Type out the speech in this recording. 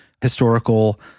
historical